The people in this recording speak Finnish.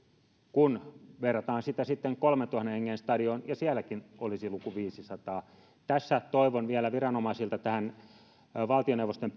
kun verrataan sitä sitten kolmentuhannen hengen stadioniin jossa sielläkin olisi luku viidennessäsadannessa tässä toivon vielä viranomaisilta tähän valtioneuvoston